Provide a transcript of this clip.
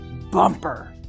bumper